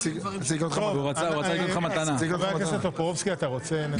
חבר הכנסת טופורובסקי, אתה רוצה לנמק?